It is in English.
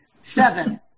Seven